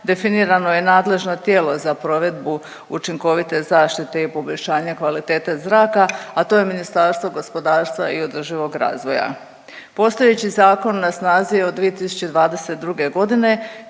definirano je nadležno tijelo za provedbu učinkovite zaštite i poboljšanje kvalitete zraka, a to je Ministarstvo gospodarstva i održivog razvoja. Postojeći zakon na snazi je od 2022. godine